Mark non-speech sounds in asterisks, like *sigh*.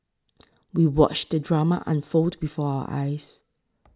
*noise* we watched the drama unfold before our eyes